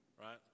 Right